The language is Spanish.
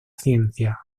ciencia